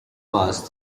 passed